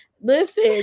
Listen